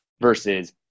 versus